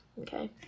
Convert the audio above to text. okay